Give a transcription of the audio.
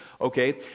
Okay